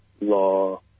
law